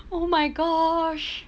oh my gosh